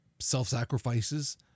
self-sacrifices